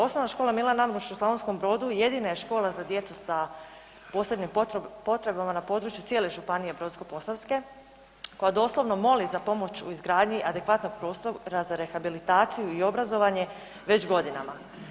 OŠ Milan Ambruš u Slavonskom Brodu jedina je škola za djecu sa posebnim potrebama na području cijele županije Brodsko-posavske koja doslovno moli za pomoć u izgradnji adekvatnog prostora za rehabilitaciju i obrazovanje već godinama.